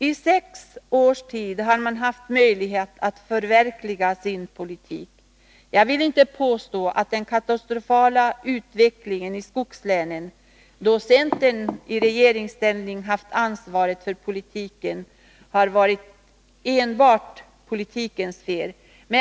I sex års tid har man haft möjlighet att förverkliga sin politik. Jag vill inte påstå att den katastrofala utvecklingen i skogslänen, då centern i regeringsställning haft ansvar för regionalpolitiken, enbart är en följd av denna politik.